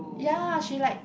ya she like